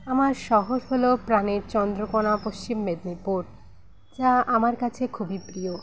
আমার শহর হলো প্রাণের চন্দ্রকোনা পশ্চিম মেদনীপুর যা আমার কাছে খুবই প্রিয়